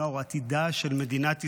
עתידה של מדינת ישראל.